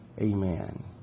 Amen